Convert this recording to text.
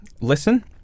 listen